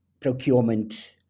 procurement